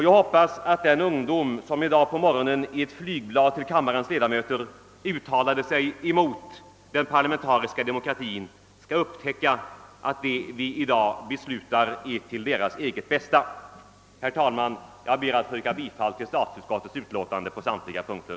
Jag hoppas att den ungdom som i dag på morgonen i flygblad till riksdagens ledamöter uttalade sig mot den parlamentariska demokratin skall upptäcka att det vi i dag beslutar är till deras eget bästa. Herr talman! Jag ber att få yrka bifall till statsutskottets hemställan på samtliga punkter.